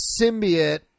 symbiote